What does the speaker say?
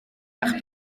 bach